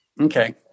Okay